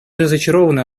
разочарованы